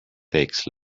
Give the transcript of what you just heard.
takes